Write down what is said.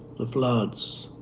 the floods,